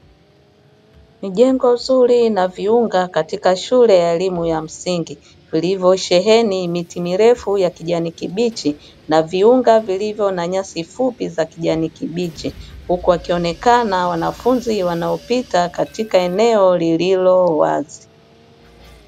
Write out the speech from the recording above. Ni jengo zuri na viunga katika shule ya msingi lililosheheni miti mirefu ya rangi ya kijani kibichi na viunga vya nyasi fupi zenye kijani kibichi huku wakionekana wanafunzi wanaopita katika eneo lililo wazi.